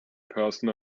person